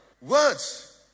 Words